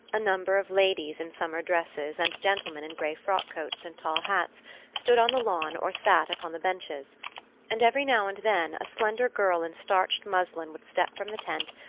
a number of ladies in summer dresses and gentlemen in grey frock-coats and tall hats stood on the lawn or sat upon the benches and every now and then a slender girl in starched muslin would step from the tent,